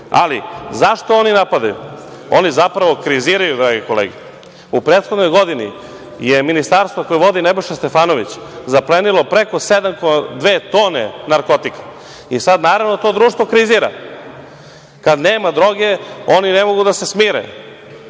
ljudima.Zašto oni napadaju? Oni zapravo kriziraju, drage kolege. U prethodnoj godini je ministarstvo koje vodi Nebojša Stefanović zaplenilo preko 7,2 tone narkotika i sada, naravno, to društvo krizira. Kada nema droge oni ne mogu da se smire,